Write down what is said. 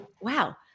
wow